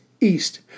east